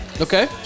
Okay